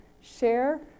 share